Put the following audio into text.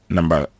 Number